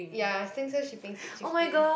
ya Singsale shipping six fifty